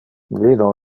vino